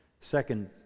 Second